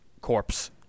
corpse